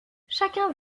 chacun